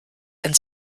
and